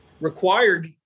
required